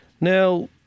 Now